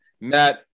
Matt